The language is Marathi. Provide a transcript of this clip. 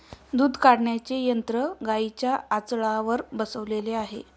दूध काढण्याचे यंत्र गाईंच्या आचळावर बसवलेले आहे